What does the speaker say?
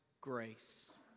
grace